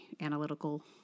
analytical